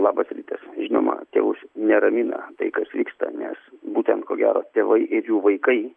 labas rytas žinoma tėvus neramina tai kas vyksta nes būtent ko gero tėvai jų vaikai